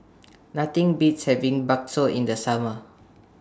Nothing Beats having Bakso in The Summer